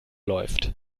läuft